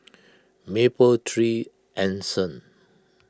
Mapletree Anson